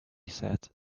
said